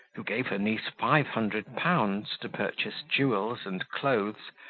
who gave her niece five hundred pounds to purchase jewels and clothes,